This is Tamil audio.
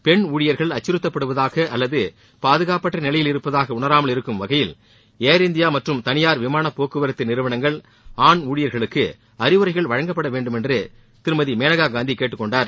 பெண் ஊழியர்கள் அச்சுறுத்தப்படுவதாக அல்லது பாதுகாப்பற்ற நிலையில் இருப்பதாக உணராமல் இருக்கும் வகையில் ஏர் இந்தியா மற்றும் தனியார் விமான போக்குவரத்து நிறுவனங்கள் ஆண் ஊழியர்களுக்கு அறிவுரைகள் வழங்க வேண்டும் என்று திருமதி மேனகா காந்தி கேட்டுக்கொண்டார்